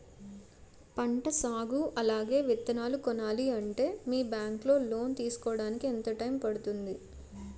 పంట సాగు అలాగే విత్తనాలు కొనాలి అంటే మీ బ్యాంక్ లో లోన్ తీసుకోడానికి ఎంత టైం పడుతుంది?